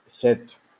hit